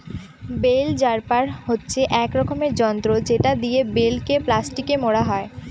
bell wrapper হচ্ছে এক রকমের যন্ত্র যেটা দিয়ে বেল কে প্লাস্টিকে মোড়া হয়